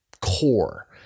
core